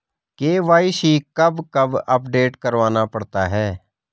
KYC कब कब update करवाना पड़ता है?